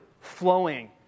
flowing